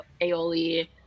aioli